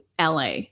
LA